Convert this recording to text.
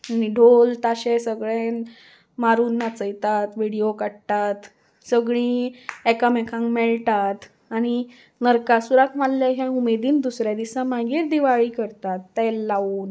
आनी ढोल ताशें सगळे मारून नाचयतात विडियो काडटात सगळीं एकामेकांक मेळटात आनी नरकासूराक मारलें हें उमेदीन दुसऱ्या दिसा मागीर दिवाळी करतात तेल लावून